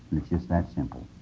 and it's just that simple.